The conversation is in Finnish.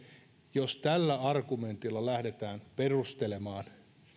jos tällä argumentilla lähdetään perustelemaan